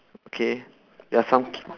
okay there are some ki~